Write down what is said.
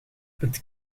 het